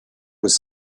was